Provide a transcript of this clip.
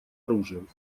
оружием